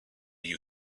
you